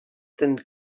ten